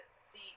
see